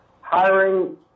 hiring